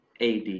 AD